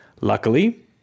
Luckily